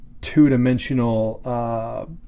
two-dimensional